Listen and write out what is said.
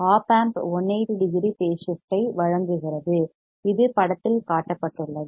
op amp 180 degree phase shift ஐ வழங்குகிறது இது படத்தில் காட்டப்பட்டுள்ளது